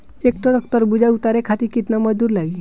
एक ट्रक तरबूजा उतारे खातीर कितना मजदुर लागी?